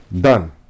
Done